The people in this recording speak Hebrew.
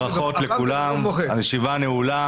ברכות לכולם, הישיבה נעולה.